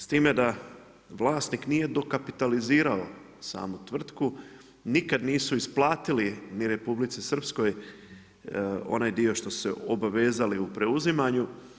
S time da vlasnik nije dokapitalizirao samu tvrtku, nikada nisu isplatili ni Republici Srpskoj onaj dio što su se obavezali u preuzimanju.